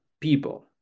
people